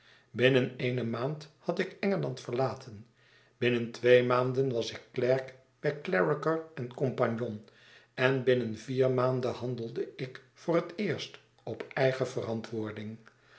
binnen eene maand had ikengeland verlaten binnen twee maanden was ik klerk by clarriker en comp en binnen vier maanden handelde ik voor het eerst op eigene verantwoording